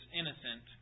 innocent